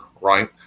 right